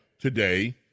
today